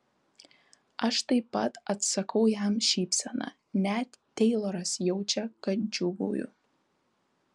aš taip pat atsakau jam šypsena net teiloras jaučia kad džiūgauju